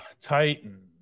Titans